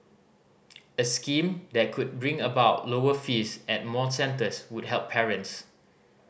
a scheme that could bring about lower fees at more centres would help parents